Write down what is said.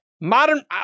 modern